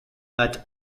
that